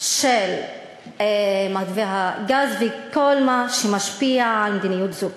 של מתווה הגז ובכל מה שמשפיע על מדיניות זו.